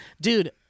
Dude